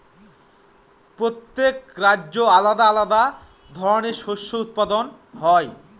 প্রত্যেক রাজ্যে আলাদা আলাদা ধরনের শস্য উৎপাদন হয়